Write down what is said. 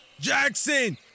Jackson